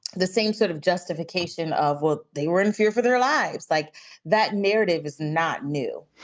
the same sort of justification of what they were in fear for their lives, like that narrative is not new